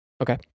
Okay